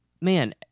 man